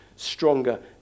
stronger